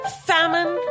famine